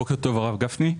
בוקר טוב הרב גפני.